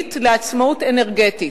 ישראלית לעצמאות אנרגטית,